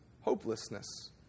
hopelessness